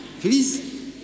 Please